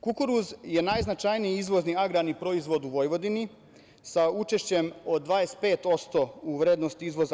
Kukuruz je najznačajniji izvozni agrarni proizvod u Vojvodini, sa učešćem od 25% u vrednosti izvoza.